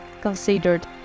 considered